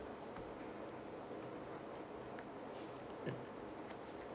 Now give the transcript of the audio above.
mm